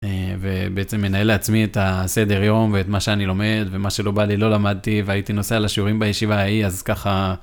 ובעצם מנהל לעצמי את הסדר יום, ואת מה שאני לומד, ומה שלא בא לי לא למדתי, והייתי נוסע לשיעורים בישיבה ההיא אז ככה.